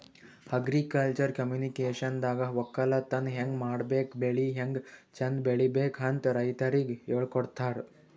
agriculture ಕಮ್ಯುನಿಕೇಷನ್ದಾಗ ವಕ್ಕಲತನ್ ಹೆಂಗ್ ಮಾಡ್ಬೇಕ್ ಬೆಳಿ ಹ್ಯಾಂಗ್ ಚಂದ್ ಬೆಳಿಬೇಕ್ ಅಂತ್ ರೈತರಿಗ್ ಹೇಳ್ಕೊಡ್ತಾರ್